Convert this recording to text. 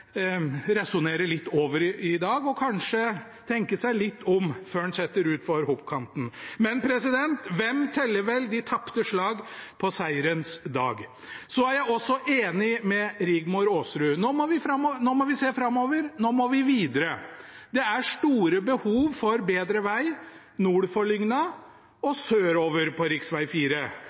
litt over i dag, og kanskje tenke seg litt om før en setter utfor hoppkanten. Men hvem teller vel de tapte slag på seierens dag? Jeg er også enig med Rigmor Aasrud. Nå må vi se framover. Nå må vi videre. Det er store behov for bedre veg nord for Lygna og sørover på